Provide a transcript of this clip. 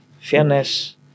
fairness